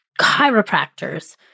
chiropractors